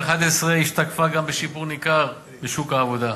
השתקפה גם בשיפור ניכר בשוק העבודה.